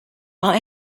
are